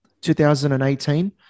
2018